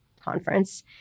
conference